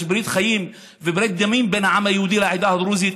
יש ברית חיים וברית דמים בין העם היהודי לעדה הדרוזית,